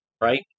right